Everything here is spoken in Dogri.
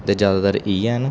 ते जादातर इ'यै न